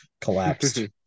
collapsed